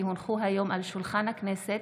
כי הונחו היום על שולחן הכנסת